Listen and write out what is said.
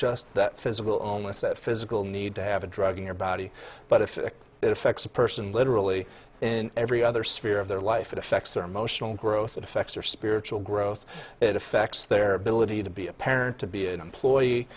just that physical illness a physical need to have a drug in your body but if it affects a person literally in every other sphere of their life it affects their emotional growth it affects their spiritual growth it affects their ability to be a parent to be an employee